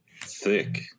thick